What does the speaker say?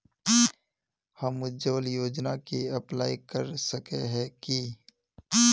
हम उज्वल योजना के अप्लाई कर सके है की?